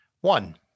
One